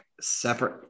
separate